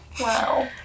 Wow